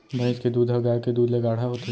भईंस के दूद ह गाय के दूद ले गाढ़ा होथे